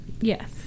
yes